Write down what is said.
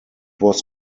was